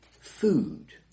food